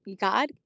God